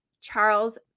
Charles